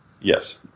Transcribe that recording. Yes